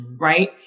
right